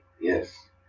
Yes